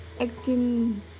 acting